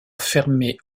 fermée